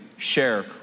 Share